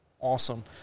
awesome